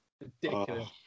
Ridiculous